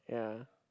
ya